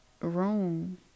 room